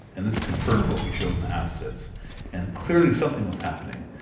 and this confirmed what we showed in the half sibs and clearly something was happening,